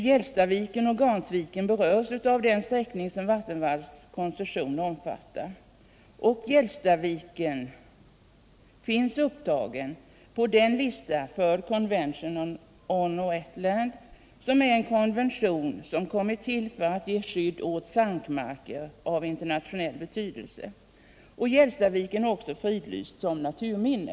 Hjälstaviken och Garnsviken berörs av den sträckning som Vattenfalls koncession omfattar, och Hjälstaviken finns upptagen på den lista som upprättats av Convention on Wetland, en konvention som kommit till för att ge skydd åt sankmarker av internationell betydelse. Hjälstaviken är också fridlyst som naturminne.